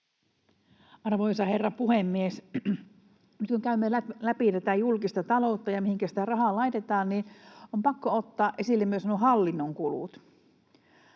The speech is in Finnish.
Arvoisa herra puhemies! Nyt kun käymme läpi tätä julkista taloutta ja sitä, mihinkä sitä rahaa laitetaan, niin on pakko ottaa esille myös nuo hallinnon kulut.